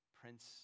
Prince